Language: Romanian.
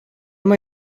mai